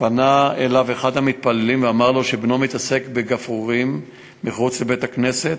פנה אליו אחד המתפללים ואמר לו שבנו מתעסק בגפרורים מחוץ לבית-הכנסת.